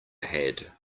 had